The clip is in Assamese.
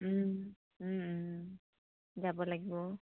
যাব লাগিব